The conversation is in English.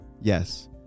Yes